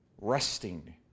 resting